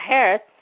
Harris